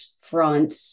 front